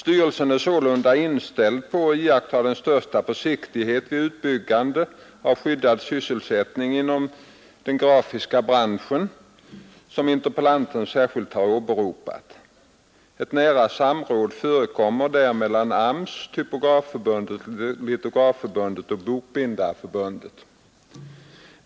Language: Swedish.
Styrelsen är sålunda inställd på att iaktta den största försiktighet vid utbyggnaden av skyddad sysselsättning inom den grafiska branschen som interpellanten särskilt har åberopat. Ett nära samråd förekommer här mellan AMS, Typografförbundet, Litografförbundet och Bokbindareförbundet.